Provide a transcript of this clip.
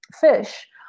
fish